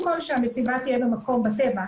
המסיבה תהיה בטבע.